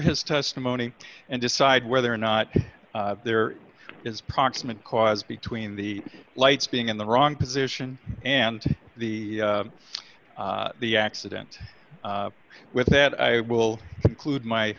his testimony and decide whether or not there is proximate cause between the lights being in the wrong position and the the accident with that i will include my